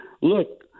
look